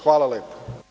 Hvala lepo.